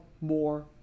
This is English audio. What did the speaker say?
more